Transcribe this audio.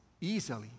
easily